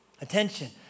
attention